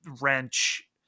wrench